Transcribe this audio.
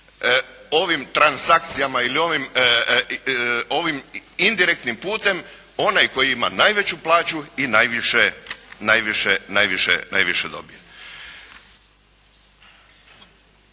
ovim transakcijama ili ovim indirektnim putem onaj tko ima najveću plaću i najviše dobije.